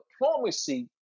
diplomacy